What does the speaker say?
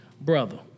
Brother